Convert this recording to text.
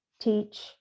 teach